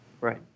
Right